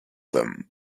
them